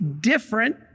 different